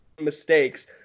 mistakes